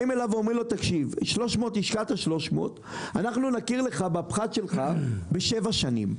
באים אליו ואומרים: השקעת 300 אלף ואנחנו נכיר בפחת שלך בשבע שנים.